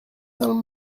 dans